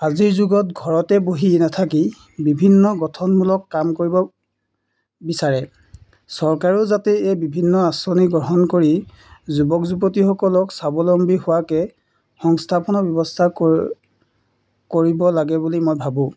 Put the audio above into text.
আজিৰ যুগত ঘৰতে বহি নাথাকি বিভিন্ন গঠনমূলক কাম কৰিব বিচাৰে চৰকাৰেও যাতে এই বিভিন্ন আঁচনি গ্ৰহণ কৰি যুৱক যুৱতীসকলক স্বাৱলম্বী হোৱাকৈ সংস্থাপনৰ ব্যৱস্থা কৰ্ কৰিব লাগে বুলি মই ভাবোঁ